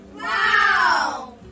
Wow